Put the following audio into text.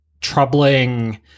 troubling